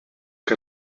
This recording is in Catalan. que